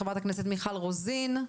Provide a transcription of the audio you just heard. חברת הכנסת מיכל רוזין,